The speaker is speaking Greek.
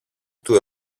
του